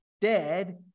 dead